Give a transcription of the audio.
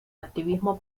activismo